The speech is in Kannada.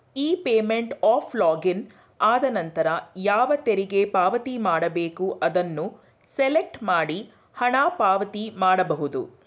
ಇ ಪೇಮೆಂಟ್ ಅಫ್ ಲಾಗಿನ್ ಆದನಂತರ ಯಾವ ತೆರಿಗೆ ಪಾವತಿ ಮಾಡಬೇಕು ಅದನ್ನು ಸೆಲೆಕ್ಟ್ ಮಾಡಿ ಹಣ ಪಾವತಿ ಮಾಡಬಹುದು